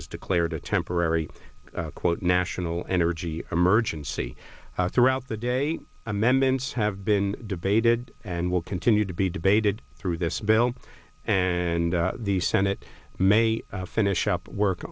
has declared a temporary quote national energy emergency throughout the day amendments have been debated and will continue to be debated through this bill and the senate may finish up work